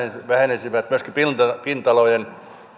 vähenisi myöskin pinta alojen